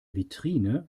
vitrine